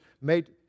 made